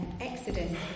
Exodus